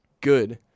Good